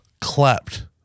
clapped